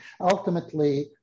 Ultimately